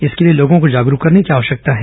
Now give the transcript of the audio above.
इसके लिये लोगों को जागरूक करने की आवश्यकता है